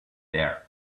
there